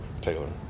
Taylor